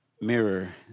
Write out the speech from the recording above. mirror